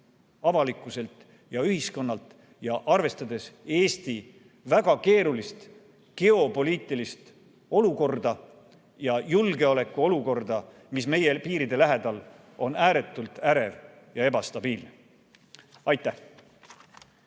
avalikkuselt ja ühiskonnalt ning arvestades Eesti väga keerulist geopoliitilist olukorda ja julgeolekuolukorda, mis meie piiride lähedal on ääretult ärev ja ebastabiilne. Aitäh!